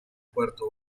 puerto